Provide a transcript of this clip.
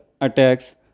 attacks